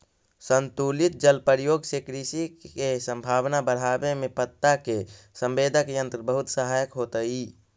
संतुलित जल प्रयोग से कृषि के संभावना बढ़ावे में पत्ता के संवेदक यंत्र बहुत सहायक होतई